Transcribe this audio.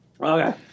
Okay